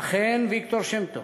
אכן, ויקטור שם-טוב,